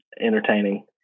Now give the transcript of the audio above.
entertaining